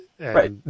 Right